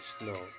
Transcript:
no